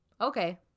okay